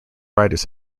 writers